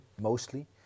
mostly